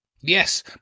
Yes